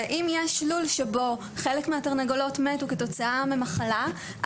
אם יש לול שבו חלק מהתרנגולות מתו כתוצאה ממחלה,